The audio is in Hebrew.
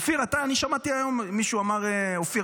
אופיר, אני שמעתי היום, מישהו אמר "אופיר".